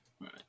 Right